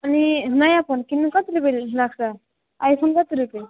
अनि नयाँ फोन किन्नु कति रुपियाँ लाग्छ आइफोन कति रुपियाँ